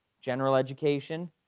general education,